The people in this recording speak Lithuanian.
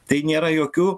tai nėra jokių